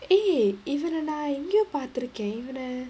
eh இவன நா எங்கயோ பாத்துருக்க இவன:ivana naa engayo paathurukka ivana